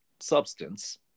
substance